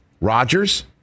Rodgers